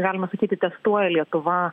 galima sakyti testuoja lietuva